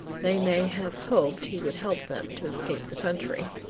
they may have hoped he would help them to escape the country.